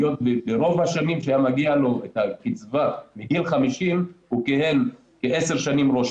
היות שרוב השנים שהיה מגיע לו את הקצבה מגיל 50 הוא כיהן כעשר שנים ראש